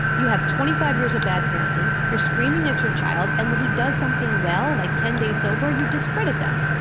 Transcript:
you have twenty-five years of bad parenting. you're screaming at your child. and when he does something well, like ten days sober, you discredit that.